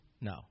no